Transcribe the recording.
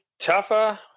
Tougher